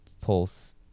pulse